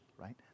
right